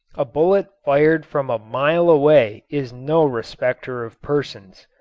a bullet fired from a mile away is no respecter of persons.